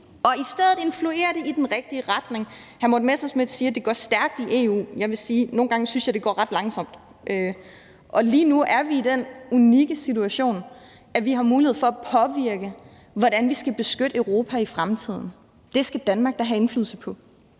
i stedet influere det i den rigtige retning. Hr. Morten Messerschmidt siger, at det går stærkt i EU. Jeg vil sige, at jeg nogle gange synes, det går ret langsomt, og lige nu er vi i den unikke situation, at vi har en mulighed for at påvirke, hvordan vi skal beskytte Europa i fremtiden. Det skal Danmark da have indflydelse på.